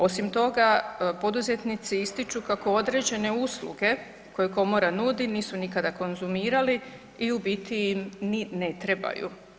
Osim toga poduzetnici ističu kako određene usluge koje komora nisu nikada konzumirali i u biti im ni ne trebaju.